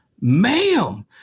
Ma'am